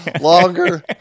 longer